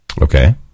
Okay